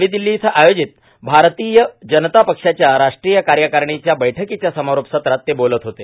नवी दिल्ली इथं आयोजित भारतीय जनता पक्षाच्या राष्ट्रीय कार्यकारिणी बैठकीच्या समारोप सत्रात ते बोलत होते